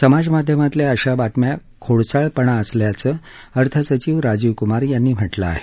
समाज माध्यमातल्या अशा बातम्या खोडसाळपणा असल्याचं अर्थसचिव राजीव कुमार यांनी म्हटलं आहे